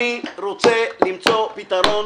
אני רוצה למצוא פתרון